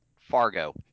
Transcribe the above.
Fargo